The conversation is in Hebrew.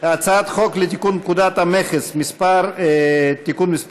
הצעת חוק לתיקון פקודת המכס (מס' 28),